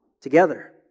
together